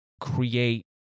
create